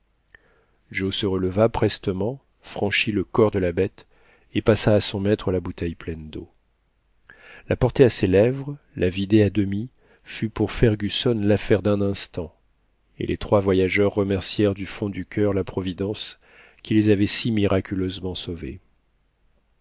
joe se releva prestement franchit le corps de la bête et passa à son maître la bouteille pleine d'eau la porter à ses lèvres la vider à demi fut pour fergusson l'affaire d'un instant et les trois voyageurs remercièrent du fond du cur la providence qui les avait si miraculeusement sauvés